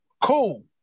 cool